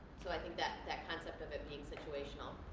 so i think that that concept of it being situational